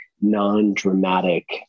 non-dramatic